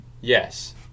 Yes